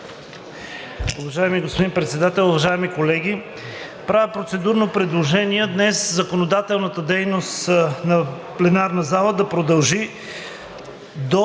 Уважаеми господин Председател, уважаеми колеги! Правя процедурно предложение днес законодателната дейност на пленарната зала да продължи до